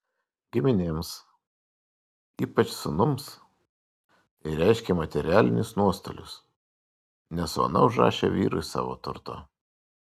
giminėms ypač sūnums tai reiškė materialinius nuostolius nes ona užrašė vyrui savo turto